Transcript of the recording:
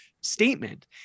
statement